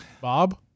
Bob